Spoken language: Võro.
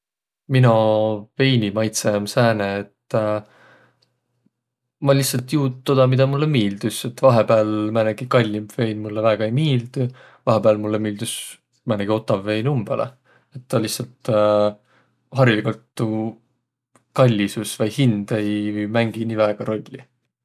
Mino veinimaitdsõq om sääne, et ma lihtsält juu toda, midä mullõ miildüs. Et vahepääl määnegi kallimb vein mullõ väega ei miildüq, vahepääl mullõ miildüs määnegi otav vein umbõlõ. Et taa lihtsält hariligult tuu kallisus vai hind ei mängiq nii väega rolli.